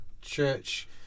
church